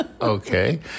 Okay